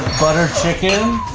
butter chicken,